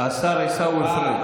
השר עיסאווי פריג'.